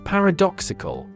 Paradoxical